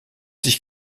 sich